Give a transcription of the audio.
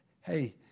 Hey